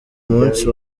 munsi